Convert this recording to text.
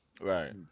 Right